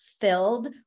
filled